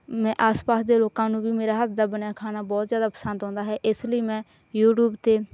ਮੈਂ ਆਸ ਪਾਸ ਦੇ ਲੋਕਾਂ ਨੂੰ ਵੀ ਮੇਰਾ ਹੱਥ ਦਾ ਬਣਿਆ ਖਾਣਾ ਬਹੁਤ ਜ਼ਿਆਦਾ ਪਸੰਦ ਆਉਂਦਾ ਹੈ ਇਸ ਲਈ ਮੈਂ ਯੂਟਿਊਬ 'ਤੇ